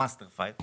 ה- master file,